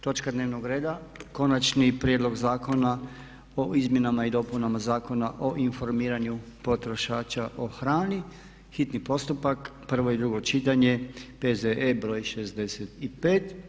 Točka dnevnog reda: - Konačni prijedlog Zakona o izmjenama i dopunama Zakona o informiranju potrošača o hrani, hitni postupak, prvo i drugo čitanje, P.Z.E. br.65.